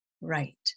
Right